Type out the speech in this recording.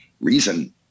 reason